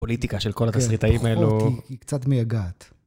הפוליטיקה של כל התסריטאים האלו... היא קצת מייגעת.